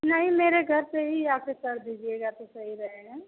नहीं मेरे घर पे ही आके कर दीजिएगा तो सही रहेगा